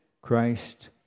Christ